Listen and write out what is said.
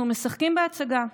אנחנו משחקים בהצגה,